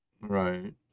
Right